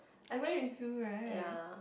I went with you right